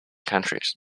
countries